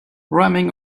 rhyming